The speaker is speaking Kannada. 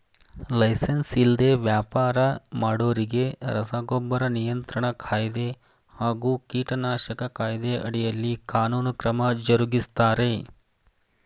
ಲೈಸೆನ್ಸ್ ಇಲ್ದೆ ವ್ಯಾಪರ ಮಾಡೋರಿಗೆ ರಸಗೊಬ್ಬರ ನಿಯಂತ್ರಣ ಕಾಯ್ದೆ ಹಾಗೂ ಕೀಟನಾಶಕ ಕಾಯ್ದೆ ಅಡಿಯಲ್ಲಿ ಕಾನೂನು ಕ್ರಮ ಜರುಗಿಸ್ತಾರೆ